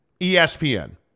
ESPN